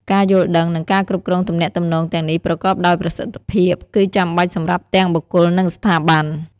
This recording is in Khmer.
ការយល់ដឹង និងការគ្រប់គ្រងទំនាក់ទំនងទាំងនេះប្រកបដោយប្រសិទ្ធភាពគឺចាំបាច់សម្រាប់ទាំងបុគ្គល និងស្ថាប័ន។